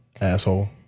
asshole